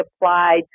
applied